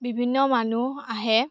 বিভিন্ন মানুহ আহে